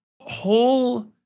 whole